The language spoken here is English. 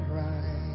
right